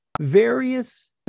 various